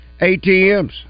ATMs